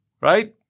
Right